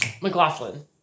McLaughlin